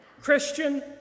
Christian